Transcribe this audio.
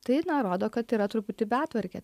tai rodo kad yra truputį betvarkė